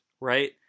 right